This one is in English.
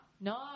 No